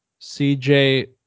cj